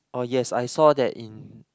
oh yes I saw that in